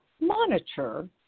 monitor